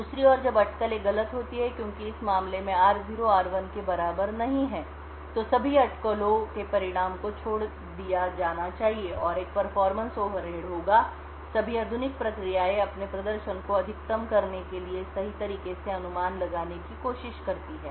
दूसरी ओर जब अटकलें गलत होती हैं क्योंकि इस मामले में r0 r1 के बराबर नहीं है तो सभी अटकलों स्पेक्युलेटेड निर्देशों के परिणाम को छोड़ दिया जाना चाहिए और एक परफॉर्मेंस ओवरहेड होगा सभी आधुनिक प्रक्रियाएं अपने प्रदर्शन को अधिकतम करने के लिए सही तरीके से अनुमान लगाने की कोशिश करती हैं